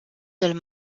del